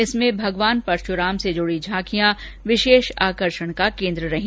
इसमें भगवान परशुराम से जुडी झांकियां विशेष आकर्षण का केन्द्र रही